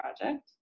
project